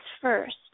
first